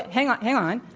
hang on hang on.